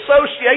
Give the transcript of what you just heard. associate